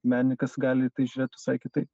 menininkas gali į tai žiūrėt visai kitaip